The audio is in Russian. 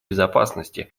безопасности